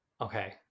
Okay